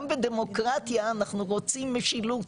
גם בדמוקרטיה אנחנו רוצים משילות.